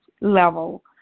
level